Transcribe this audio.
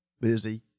busy